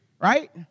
Right